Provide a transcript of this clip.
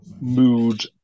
mood